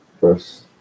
first